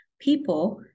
people